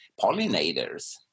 pollinators